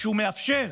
כשהוא מאפשר